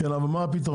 אבל מה הפתרון?